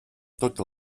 tot